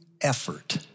effort